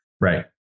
Right